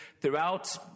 throughout